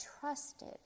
trusted